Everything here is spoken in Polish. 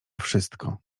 wszystko